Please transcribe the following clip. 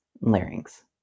Larynx